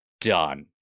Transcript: done